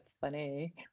funny